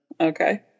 Okay